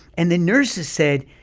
and the nurses said,